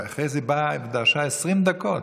ואחרי זה היא באה ודרשה 20 דקות,